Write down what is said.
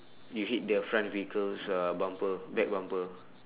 you hit the front vehicle's uh bumper back bumper